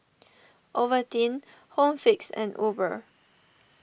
Ovaltine Home Fix and Uber